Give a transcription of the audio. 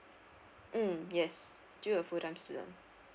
mm yes still a full time student